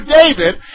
David